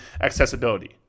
accessibility